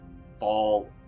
fall